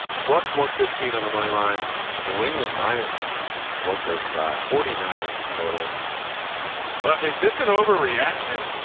plus one fifteen on the moneyline new england minus one thirty five forty nine is the total well, is this an overreaction?